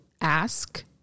ask